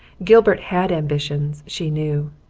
gilbert had ambitions, she knew,